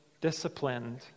disciplined